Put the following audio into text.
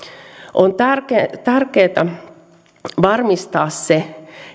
on tärkeätä varmistaa se